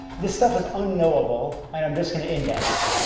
this stuff is unknowable and i'm just going to index,